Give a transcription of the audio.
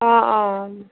অঁ অঁ